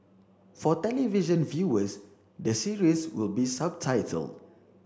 for television viewers the series will be subtitled